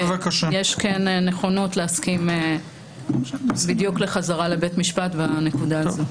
יש כן נכונות להסכים בדיוק לחזרה לבית משפט בנקודה הזאת.